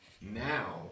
now